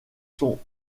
sont